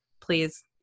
please